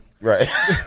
Right